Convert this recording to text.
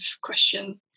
question